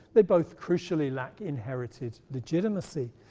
they both crucially lack inherited legitimacy.